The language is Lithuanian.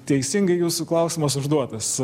teisingai jūsų klausimas užduotas